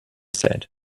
said